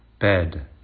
bed